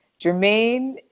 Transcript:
Jermaine